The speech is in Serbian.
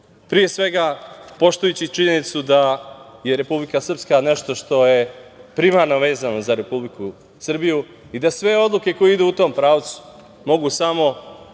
Pre svega poštujući činjenicu da je Republika Srpska nešto što je primarno vezano za Republiku Srbiju i da sve odluke koje idu u tom pravcu mogu samo da idu